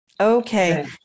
Okay